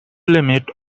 limit